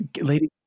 Lady